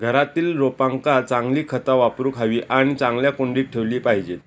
घरातील रोपांका चांगली खता वापरूक हवी आणि चांगल्या कुंडीत ठेवली पाहिजेत